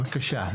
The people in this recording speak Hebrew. בבקשה.